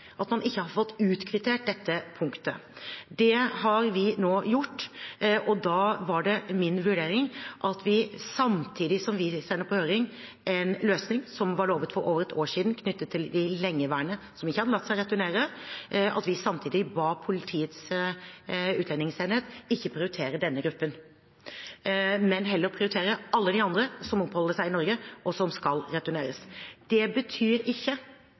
at man ikke har fått utkvittert dette punktet. Det har vi nå gjort, og da var det min vurdering at vi, samtidig som vi sendte på høring en løsning som var lovet for over ett år siden, knyttet til de lengeværende som ikke hadde latt seg returnere, ba Politiets utlendingsenhet om ikke å prioritere denne gruppen, men heller prioritere alle de andre som oppholder seg i Norge, og som skal returneres. Det betyr ikke